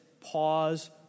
pause